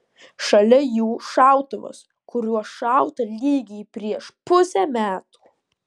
šalia jų šautuvas kuriuo šauta lygiai prieš pusę metų